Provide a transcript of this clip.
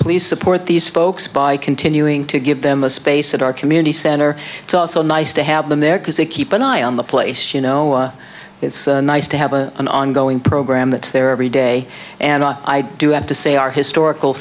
please support these folks by continuing to give them a space at our community center it's also nice to have them there because they keep an eye on the place you know it's nice to have an ongoing program that's there every day and i do have to say our historical